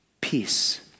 peace